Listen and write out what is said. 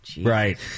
right